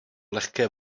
lehké